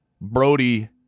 Brody